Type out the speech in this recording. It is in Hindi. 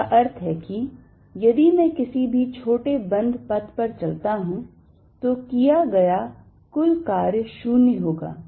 इसका अर्थ है कि यदि मैं किसी भी छोटे बंद पथ पर चलता हूं तो किया गया कुल कार्य शून्य होगा